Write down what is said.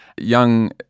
Young